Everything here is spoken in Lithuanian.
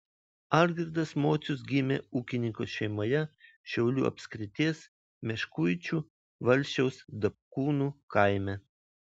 algirdas mocius gimė ūkininko šeimoje šiaulių apskrities meškuičių valsčiaus dapkūnų kaime